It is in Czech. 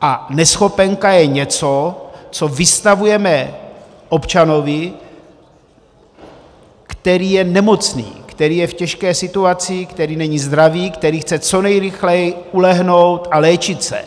A neschopenka je něco, co vystavujeme občanovi, který je nemocný, který je v těžké situaci, který není zdravý, který chce co nejrychleji ulehnout a léčit se,